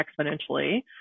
exponentially